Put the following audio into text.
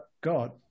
God